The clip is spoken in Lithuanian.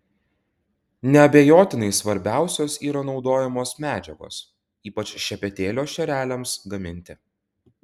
neabejotinai svarbiausios yra naudojamos medžiagos ypač šepetėlio šereliams gaminti